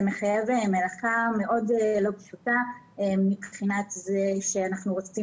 זה מחייב מלאכה מאוד לא פשוטה מבחינת זה שאנחנו רוצים